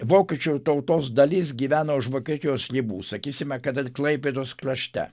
vokiečių tautos dalis gyveno už vokietijos ribų sakysime kad ir klaipėdos krašte